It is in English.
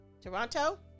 Toronto